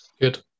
good